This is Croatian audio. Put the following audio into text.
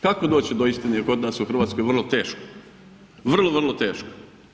Kako doći do istine je kod nas u Hrvatskoj vrlo teško, vrlo, vrlo teško.